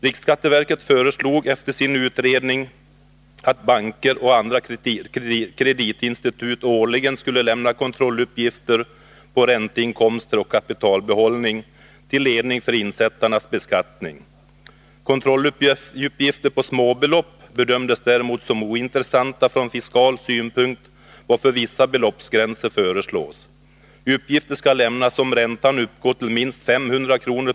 Riksskatteverket föreslår efter sin utredning att banker och andra kreditinstitut årligen skall lämna kontrolluppgifter avseende ränteinkomster och kapitalbehållning till ledning vid insättarnas beskattning. Kontrolluppgifter på småbelopp bedöms däremot som ointressanta från fiskal synpunkt, varför vissa beloppsgränser föreslås. Vidare föreslås att uppgifter skall lämnas, om räntan uppgår till minst 500 kr.